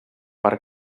per